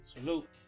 Salute